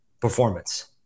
performance